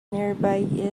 nearby